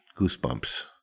goosebumps